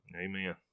amen